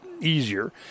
easier